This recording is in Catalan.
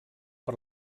per